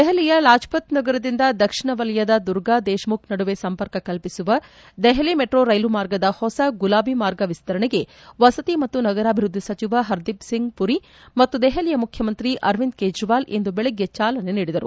ದೆಹಲಿಯ ಲಾಜ್ಪತ್ನಗರದಿಂದ ದಕ್ಷಿಣವಲಯದ ದುರ್ಗಾ ದೇಶಮುಖ್ ನಡುವೆ ಸಂಪರ್ಕ ಕಲ್ಪಿಸುವ ದೆಹಲಿ ಮೆಟ್ರೋ ರೈಲು ಮಾರ್ಗದ ಹೊಸ ಗುಲಾಬಿ ಮಾರ್ಗ ವಿಸ್ತರಣೆಗೆ ವಸತಿ ಮತ್ತು ನಗರಾಭಿವೃದ್ದಿ ಸಚಿವ ಹರದೀಪ್ಸಿಂಗ್ ಪುರಿ ಮತ್ತು ದೆಹಲಿಯ ಮುಖ್ಯಮಂತ್ರಿ ಅರವಿಂದ್ ಕೇಜ್ರವಾಲ್ ಇಂದು ಬೆಳಗ್ಗೆ ಚಾಲನೆ ನೀಡಿದರು